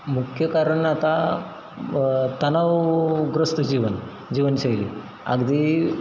मुख्य कारण आता तणावग्रस्त जीवन जीवनशैली अगदी